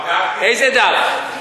איזה דף?